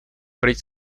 pryč